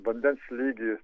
vandens lygį